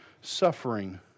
Suffering